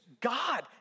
God